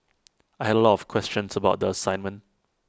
I had A lot of questions about the assignment